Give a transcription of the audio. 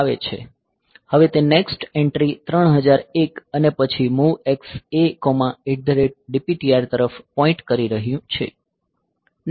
હવે તે next entry 3001 અને પછી MOVX ADPTR તરફ પોઈન્ટ કરી રહ્યું છે